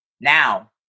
Now